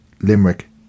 Limerick